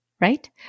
Right